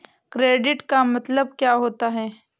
Credit का मतलब क्या होता है?